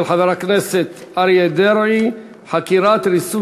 של חבר הכנסת אריה דרעי: חקירת ריסוס